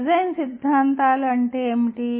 "design సిద్ధాంతాలు" అంటే ఏమిటి